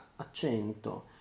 accento